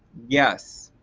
yes,